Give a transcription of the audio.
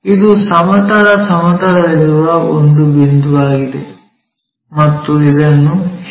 ಇದು ಸಮತಲ ಸಮತಲದಲ್ಲಿರುವ ಒಂದು ಬಿಂದುವಾಗಿದೆ ಮತ್ತು ಇದನ್ನು ಎಚ್